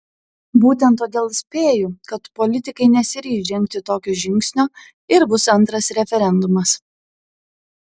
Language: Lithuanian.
būtent todėl spėju kad politikai nesiryš žengti tokio žingsnio ir bus antras referendumas